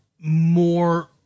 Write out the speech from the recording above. more